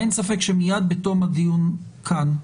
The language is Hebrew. אין ספק שמיד בתום הדיון כאן,